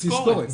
תזכורת.